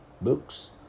books